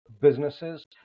businesses